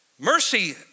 Mercy